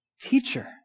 Teacher